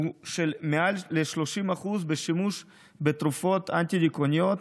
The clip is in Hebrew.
ושל מעל 30% בשימוש בתרופות אנטי-דיכאוניות